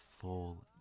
soul